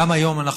גם היום אנחנו,